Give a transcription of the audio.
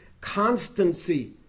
constancy